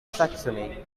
saxony